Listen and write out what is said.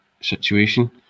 situation